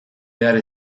behar